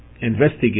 Investigate